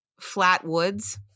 Flatwoods